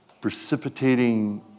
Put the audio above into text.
precipitating